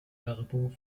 werbung